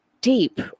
deep